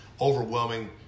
overwhelming